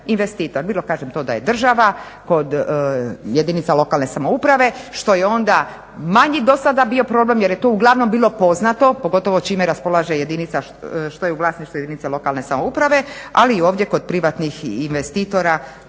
bilo kažem da je to država kod jedinica lokalne samouprave što je onda manje dosada bio problem jer je to uglavnom bilo poznato pogotovo čime raspolaže jedinica, što je u vlasništvu jedinica lokalne samouprave ali i ovdje kod privatnih investitora